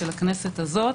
של הכנסת הזאת.